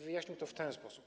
Wyjaśniłbym to w ten sposób.